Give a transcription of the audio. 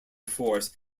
force